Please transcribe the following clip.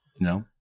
No